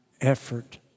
effort